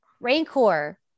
Rancor